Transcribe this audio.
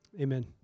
Amen